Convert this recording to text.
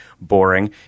boring